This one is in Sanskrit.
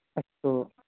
अस्तु